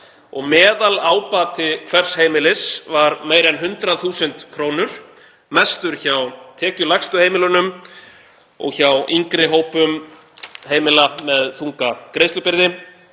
meðalábati hvers heimilis var meira en 100.000 kr., mestur hjá tekjulægstu heimilunum og hjá yngri hópum heimila með þunga greiðslubyrði.